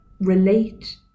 Relate